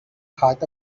heart